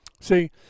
See